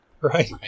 Right